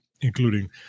including